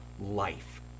life